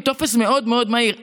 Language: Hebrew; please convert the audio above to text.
עם טופס מאוד מאוד מהיר.